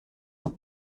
have